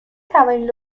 توانید